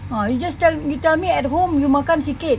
ah you just you tell me at home you makan sikit